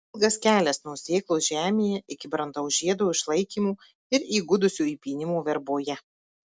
ilgas kelias nuo sėklos žemėje iki brandaus žiedo išlaikymo ir įgudusio įpynimo verboje